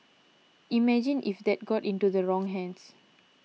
imagine if that got into the wrong hands